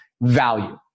value